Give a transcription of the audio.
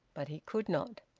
but he could not.